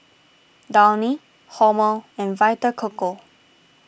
Downy Hormel and Vita Coco